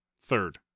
Third